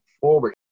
forward